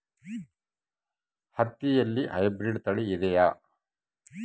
ಹತ್ತಿಯಲ್ಲಿ ಹೈಬ್ರಿಡ್ ತಳಿ ಇದೆಯೇ?